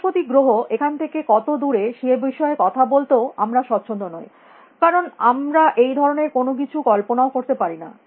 বৃহস্পতি গ্রহ এখান থেকে কত দূরে সে বিষয়ে কথা বলতেও আমরা স্বচ্ছন্দ নই কারণ আমরা এই ধরনের কোনো কিছু কল্পনাও করতে পারি না